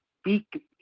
speak